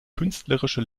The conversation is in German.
künstlerische